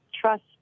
trust